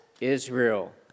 Israel